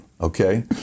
Okay